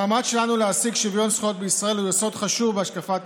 המאמץ שלנו להשיג שוויון זכויות בישראל הוא יסוד חשוב בהשקפת